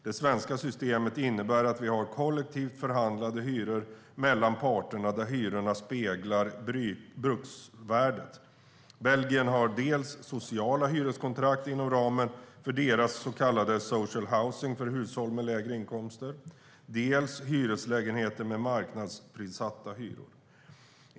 Det svenska systemet innebär att vi har kollektivt förhandlade hyror mellan parterna där hyrorna speglar bruksvärdet. Belgien har dels sociala hyreskontrakt inom ramen för så kallad social housing för hushåll med lägre inkomster, dels hyreslägenheter med marknadsprissatta hyror.